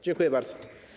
Dziękuję bardzo.